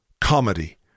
comedy